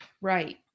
Right